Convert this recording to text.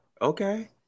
Okay